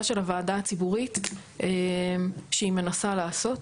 של הוועדה הציבורית שהיא מנסה לעשות,